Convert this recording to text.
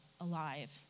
alive